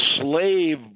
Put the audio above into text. slave